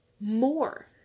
more